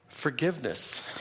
Forgiveness